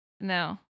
no